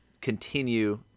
continue